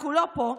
הוא לא פה.